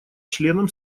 членам